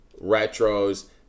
Retro's